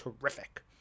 terrific